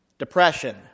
Depression